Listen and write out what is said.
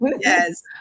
Yes